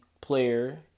player